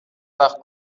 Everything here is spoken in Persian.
وقت